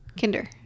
Kinder